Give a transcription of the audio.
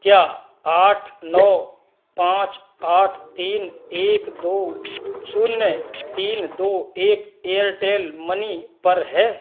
क्या आठ नौ पाँच आठ तीन एक दो शून्य तीन दो एक एयरटेल मनी पर है